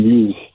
use